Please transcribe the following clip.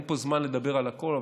ואין פה זמן לדבר על הכול,